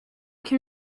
can